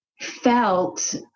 felt